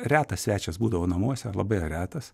retas svečias būdavau namuose labai retas